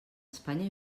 espanya